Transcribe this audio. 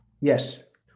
Yes